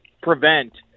prevent